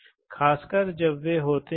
एक न्यूमेटिक्स सिलेंडर की तस्वीर देखें